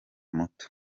muto